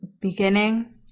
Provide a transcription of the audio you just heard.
Beginning